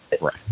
Right